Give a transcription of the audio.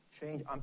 change